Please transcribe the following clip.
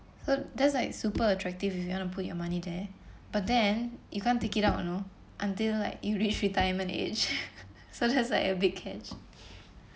so that's like super attractive if you want to put your money there but then you can't take it out you know until like you reach retirement age so that's like a big catch